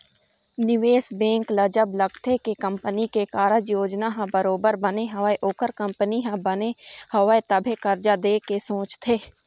निवेश बेंक ल जब लगथे के कंपनी के कारज योजना ह बरोबर बने हवय ओखर कंपनी ह बने हवय तभे करजा देय के सोचथे